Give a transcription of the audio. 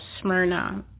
smyrna